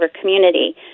Community